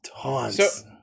Tons